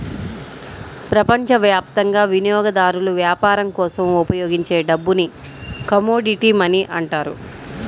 ప్రపంచవ్యాప్తంగా వినియోగదారులు వ్యాపారం కోసం ఉపయోగించే డబ్బుని కమోడిటీ మనీ అంటారు